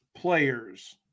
players